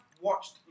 watched